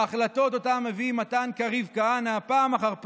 ההחלטות שאותן מביא מתן קריב כהנא פעם אחר פעם,